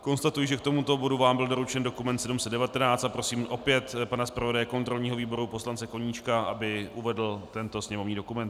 Konstatuji, že k tomuto bodu vám byl doručen dokument 719, a prosím opět pana zpravodaje kontrolního výboru poslance Koníčka, aby uvedl tento sněmovní dokument.